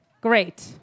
Great